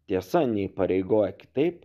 tiesa neįpareigoja kitaip